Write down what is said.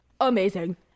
Amazing